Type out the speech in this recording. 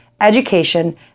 education